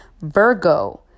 Virgo